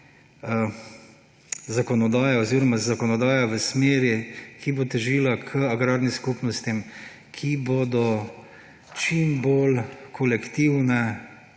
bo res nujna zakonodaja v smeri, ki bo težila k agrarnim skupnostim, ki bodo čim bolj kolektivne,